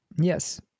Yes